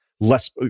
less –